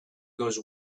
goes